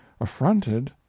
affronted